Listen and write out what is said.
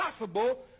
impossible